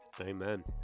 Amen